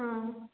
ಹಾಂ